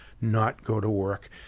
not-go-to-work